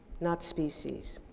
not species.